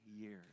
years